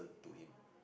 to him